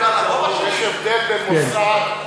יש הבדל בין מוסד,